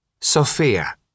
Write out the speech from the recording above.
Sophia